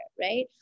right